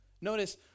Notice